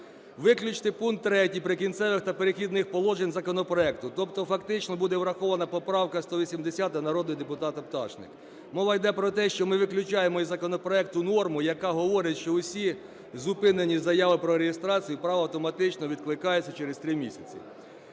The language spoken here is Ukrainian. Виключити пункт 3 "Прикінцевих та перехідних положень" законопроекту, тобто фактично буде врахована поправка 180 народного депутата Пташник. Мова йде про те, що ми виключаємо із законопроекту норму, яка говорить, що всі зупинені заяви про реєстрацію прав автоматично відкликаються через 3 місяці.